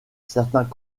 certains